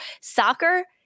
soccer